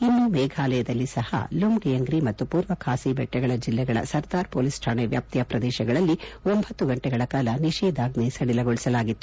ಇನ್ನು ಮೇಘಾಲಯದಲ್ಲಿ ಸಹ ಲುಮ್ಡಿಯಂಗ್ರಿ ಮತ್ತು ಪೂರ್ವ ಖಾಸಿ ಬೆಟ್ಟಗಳ ಜಿಲ್ಲೆಗಳ ಸರ್ದಾರ್ ಪೊಲೀಸ್ ಠಾಣೆ ವ್ಯಾಪ್ತಿಯ ಪ್ರದೇಶಗಳಲ್ಲಿ ಒಂಬತ್ತು ಗಂಟೆಗಳ ಕಾಲ ನಿಷೇಧಾಜ್ವೆಯನ್ನು ಸಡಿಲಗೊಳಿಸಲಾಗಿತ್ತು